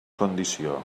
condició